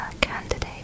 candidate